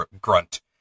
grunt